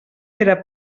era